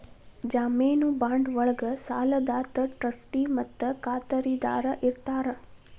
ಜಾಮೇನು ಬಾಂಡ್ ಒಳ್ಗ ಸಾಲದಾತ ಟ್ರಸ್ಟಿ ಮತ್ತ ಖಾತರಿದಾರ ಇರ್ತಾರ